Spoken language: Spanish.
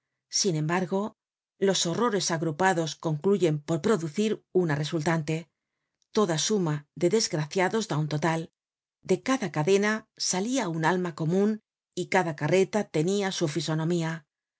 sin embargo los horrores agrupados concluyen por producir una resultante toda suma de desgraciados da un total de cada cadena salia un alma comun y cada carreta tenia su fisonomía